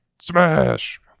smash